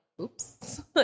oops